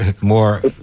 more